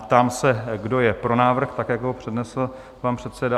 Ptám se, kdo je pro návrh tak, jak ho přednesl pan předseda?